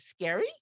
scary